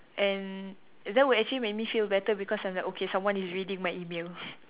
and that would actually make me feel better because I'm like okay someone is reading my email